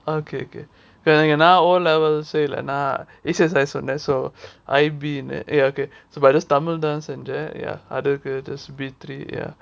okay okay நான்:nan O levels sale நான்:nan A_C_S_S தான் சொன்னேன்:than sonnen I_B னு:nu so தமிழ் தான் செஞ்சேன்:tamilthan senjen ya other just B three ya